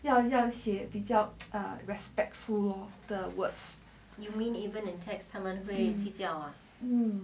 要让写比较 respectful of the words